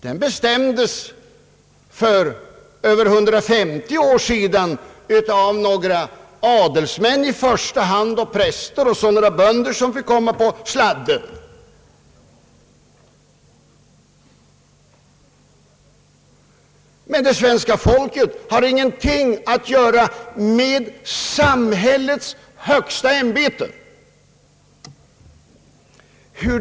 Den bestämdes för över 150 år sedan av några adelsmän i första hand och präster och några bönder, som fick komma på sladden, men det svenska folket har ingenting att göra med samhällets högsta ämbete nu.